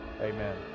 amen